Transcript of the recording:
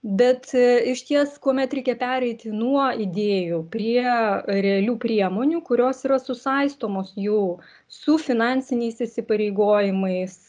bet išties kuomet reikia pereiti nuo idėjų prie realių priemonių kurios yra susaistomos jau su finansiniais įsipareigojimais